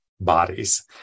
bodies